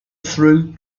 through